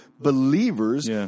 believers